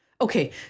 okay